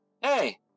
Hey